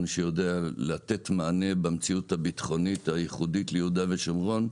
שיודע לתת מענה במציאות הביטחונית הייחודית ליהודה ושומרון.